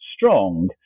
strong